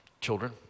children